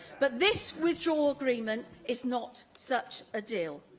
but this withdrawal agreement is not such a deal.